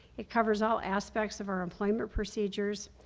it covers all aspects of our implement procedures,